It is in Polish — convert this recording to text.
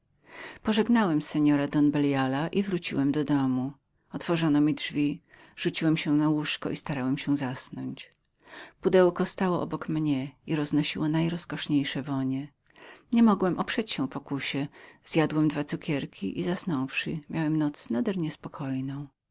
pożegnałem seora don beliala i wróciłem do domu otworzono mi drzwi rzuciłem się na łóżko i pragnąłem zasnąć pudełko stało obok mnie i roznosiło najrozkoszniejsze wonie nie mogłem oprzeć się pokusie zjadłem dwa cukierki i miałem noc niespokojną